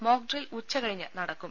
mock drill ഉച്ചകഴിഞ്ഞ് നടക്കും